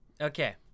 Okay